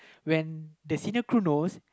when the senior crew knows